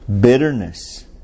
bitterness